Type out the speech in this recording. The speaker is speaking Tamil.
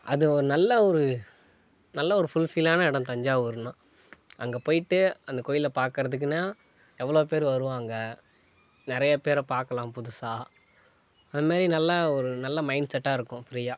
அது ஒரு நல்ல ஒரு நல்ல ஒரு ஃபுல் ஃபில்லான இடம் தஞ்சாவூர்னா அங்கே போய்ட்டு அந்த கோயிலை பார்க்குறதுக்குனா எவ்வளோ பேர் வருவாங்க நிறைய பேரை பார்க்கலான் புதுசாக அதுமாரி நல்லா ஒரு நல்ல மைண்ட் செட்டாயிருக்கும் ஃபிரீயாக